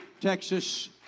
Texas